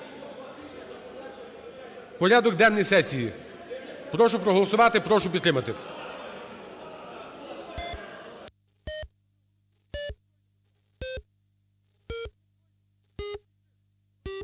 порядок денний сесії. Прошу проголосувати, прошу підтримати.